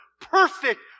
Perfect